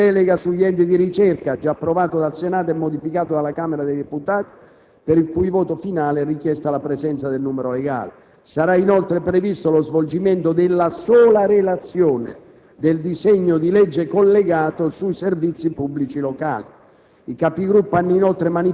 il disegno di legge recante delega sugli enti di ricerca (già approvato dal Senato e modificato dalla Camera dei deputati), per il cui voto finale è richiesta la presenza del numero legale. Sarà inoltre previsto lo svolgimento della sola relazione del disegno di legge collegato sui servizi pubblici locali.